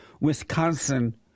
Wisconsin